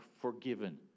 forgiven